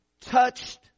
touched